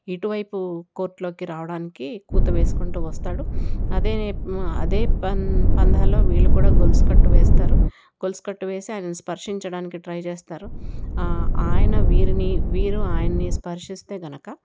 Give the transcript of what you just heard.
ఇటువైపు కోర్టులోకి రావడానికి కూత వేసుకుంటూ వస్తాడు అదే అదే పందె పందాల్లో వీళ్ళు కూడా గొలుసుకట్టు వేస్తారు గొలుసుకట్టు వేసి ఆయనను స్పర్శించడానికి ట్రై చేస్తారు ఆయన వీరిని వీరు ఆయన్నీ స్పర్శిస్తే కనుక